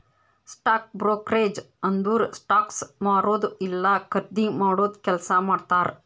stock brokerage ಅಂದುರ್ stocks ಮಾರದು ಇಲ್ಲಾ ಖರ್ದಿ ಮಾಡಾದು ಕೆಲ್ಸಾ ಮಾಡ್ತಾರ್